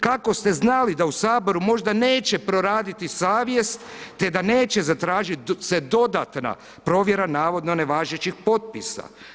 Kako ste znali da u HS možda neće proraditi savjest, te da neće zatražit se dodatna provjera navodno nevažećih potpisa.